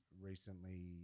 recently